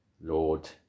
Lord